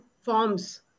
Forms